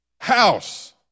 house